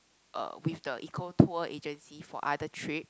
uh with the eco tour agency for other trips